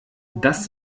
dass